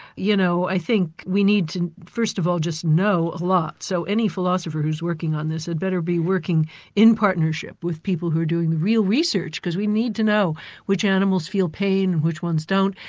you know, i think we need to first of all just know a lot. so any philosopher who's working on this had better be working in partnership with people who are doing real research, because we need to know which animals feel pain, and which ones don't.